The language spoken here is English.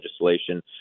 legislation